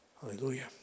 hallelujah